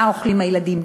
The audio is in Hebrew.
מה אוכלים הילדים,